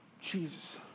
Jesus